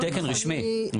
הוא תקן רשמי.